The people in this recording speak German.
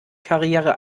karriere